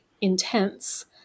intense